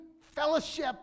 fellowship